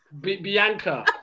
Bianca